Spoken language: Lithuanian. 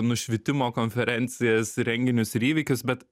nušvitimo konferencijas renginius ir įvykius bet